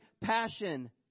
passion